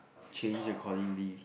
change accordingly